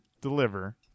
deliver